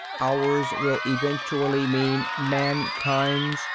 ours will eventually mean mankind's.